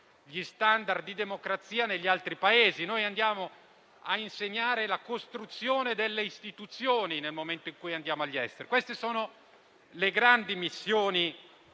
gli *standard* di democrazia negli altri Paesi. Andiamo a insegnare la costruzione delle istituzioni nel momento in cui andiamo all'estero. Queste sono le grandi missioni